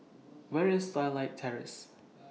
Where IS Starlight Terrace